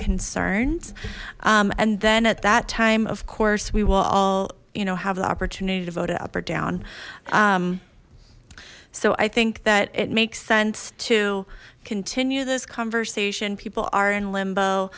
concerns and then at that time of course we will all you know have the opportunity to vote it up or down so i think that it makes sense to continue this conversation people are in